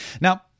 Now